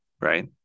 right